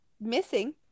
missing